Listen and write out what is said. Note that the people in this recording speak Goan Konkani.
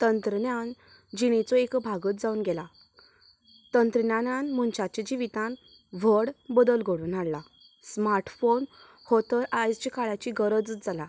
तंत्रज्ञान जिणेचो एक भागच जावन गेला तंत्रज्ञानान मनशाचें जिवितांत व्हड बदल घडोवन हाडला स्मार्टफोन हो तर आयच्या काळाची गरजच जाला